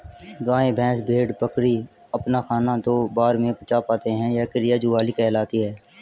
गाय, भैंस, भेड़, बकरी अपना खाना दो बार में पचा पाते हैं यह क्रिया जुगाली कहलाती है